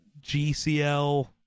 GCL